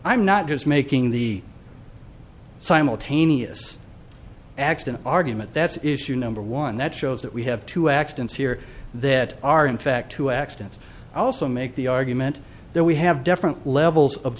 i'm not just making the simultaneous accident argument that's issue number one that shows that we have two accidents here that are in fact two accidents also make the argument that we have different levels of